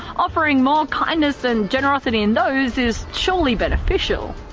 offering more kindness and generosity in those is surely beneficial.